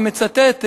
אני מצטט,